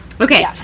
Okay